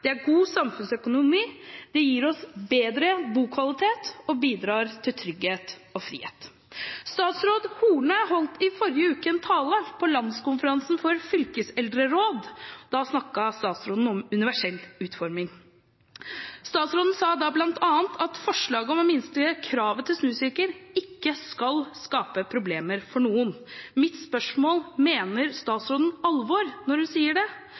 Det er god samfunnsøkonomi, det gir oss bedre bokvalitet, og det bidrar til trygghet og frihet. Statsråd Horne holdt i forrige uke en tale på landskonferansen for fylkeseldrerådene. Da snakket statsråden om universell utforming. Statsråden sa da bl.a. at forslaget om å minske kravet til snusirkler ikke skal skape problemer for noen. Mitt spørsmål er: Mener statsråden alvor når hun sier det?